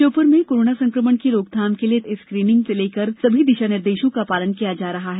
श्योपुर में कोरोना संकमण की रोकथाम के लिए थर्मल स्कीनिंग से लेकर सभी दिशा निर्देशों का पालन किया जा रहा है